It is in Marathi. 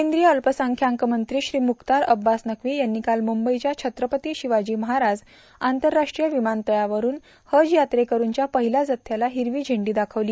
केंद्रीय अल्पसंख्याकमंत्री श्री मुख्तार अब्बास नक्वी यांनी काल मुंबईच्या छत्रपती शिवाजी महाराज आंतरराष्ट्रीय विमानतळावरून हज यात्रेकरूंच्या पहिल्या जथ्याला हिरवा झेंडा दाखवला